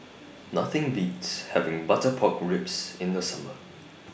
Nothing Beats having Butter Pork Ribs in The Summer